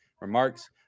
remarks